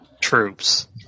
troops